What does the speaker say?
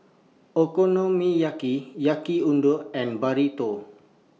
Okonomiyaki Yaki Udon and Burrito